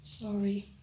Sorry